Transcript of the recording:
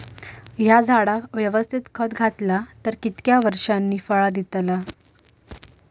हया झाडाक यवस्तित खत घातला तर कितक्या वरसांनी फळा दीताला?